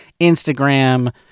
Instagram